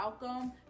welcome